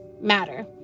matter